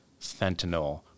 fentanyl